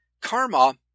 Karma